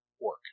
work